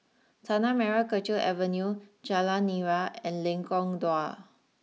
Tanah Merah Kechil Avenue Jalan Nira and Lengkong Dua